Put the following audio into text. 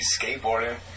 skateboarding